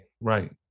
Right